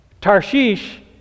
Tarshish